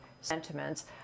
sentiments